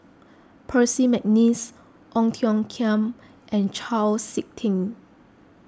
Percy McNeice Ong Tiong Khiam and Chau Sik Ting